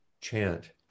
chant